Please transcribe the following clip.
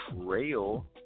trail